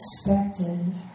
expected